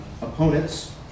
opponents